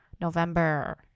November